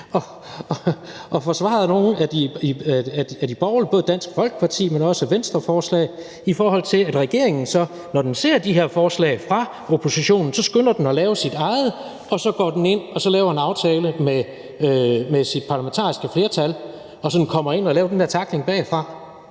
og forsvaret nogle af de borgerlige forslag, både fra Dansk Folkeparti, men også Venstreforslag, i forhold til at regeringen, når den ser de her forslag fra oppositionen, så skynder sig at lave sit eget og går ind og laver en aftale med sit parlamentariske flertal – og sådan kommer ind og laver den der tackling bagfra.